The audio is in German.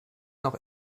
noch